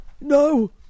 No